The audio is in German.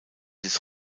des